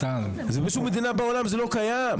בשום מדינה בעולם זה לא קיים.